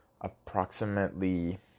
approximately